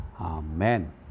amen